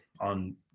on